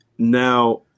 Now